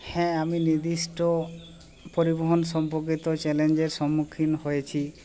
হ্যাঁ আমি নির্দিষ্ট পরিবহন সম্পর্কিত চ্যালেঞ্জের সম্মুখীন হয়েছি